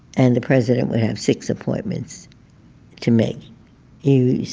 and the president would have six appointments to make you